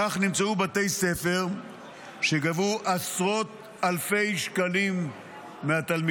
כך נמצאו בתי ספר שגבו עשרות אלפי שקלים מהתלמידים,